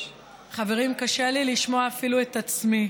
חברים, קשה לי לשמוע אפילו את עצמי.